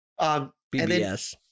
BBS